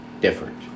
different